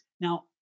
Now